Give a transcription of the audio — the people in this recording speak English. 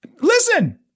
Listen